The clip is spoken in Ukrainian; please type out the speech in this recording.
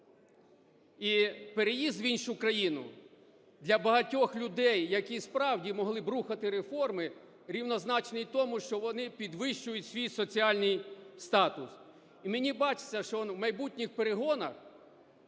І переїзд в іншу країну для багатьох людей, які справді могли б рухати реформи, рівнозначний тому, що вони підвищують свій соціальний статус. І мені бачиться, що в майбутніх перегонах